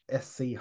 SC